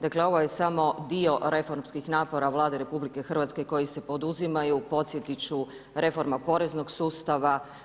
Dakle ovo je samo dio reformskih napora Vlade RH koji se poduzimaju, podsjetiti ću reforma poreznog sustava.